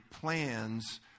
plans